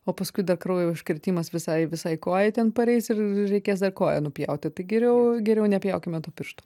o paskui dar kraujo užkrėtimas visai visai kojai ten pareis ir reikės dar koją nupjauti tai geriau geriau nepjaukime to piršto